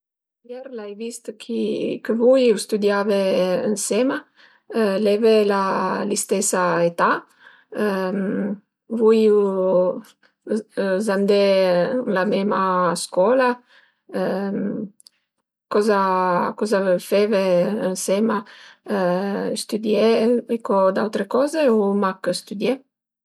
Ier l'ai vist chi chë vui stüdiave ënsema. L'eve l'istesa età? Vui uz andé ën la mema scola? Coza coza feve ënsema? Stüdié, co d'aure coze, o mach stüdié?